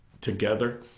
together